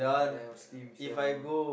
never steam sia bro